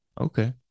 Okay